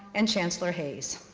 and chancellor hayes.